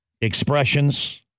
Expressions